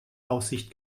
aussicht